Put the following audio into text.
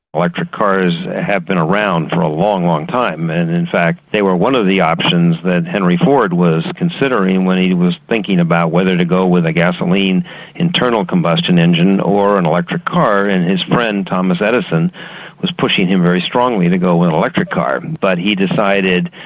electric cars have been around for a long, long time and in fact they were one of the options that henry ford was considering when he was thinking about whether to go with a gasoline internal combustion engine or an electric car, and his friend thomas edison was pushing him very strongly to go with an electric car. but he decided,